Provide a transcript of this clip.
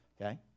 okay